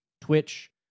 Twitch